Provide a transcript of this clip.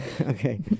Okay